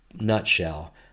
nutshell